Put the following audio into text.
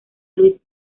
luis